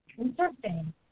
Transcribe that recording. Interesting